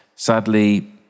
Sadly